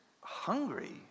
hungry